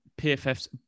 PFF's